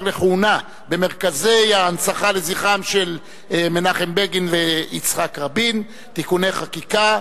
לכהונה במרכזי ההנצחה לזכרם של בגין ורבין (תיקוני חקיקה),